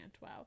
Wow